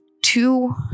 two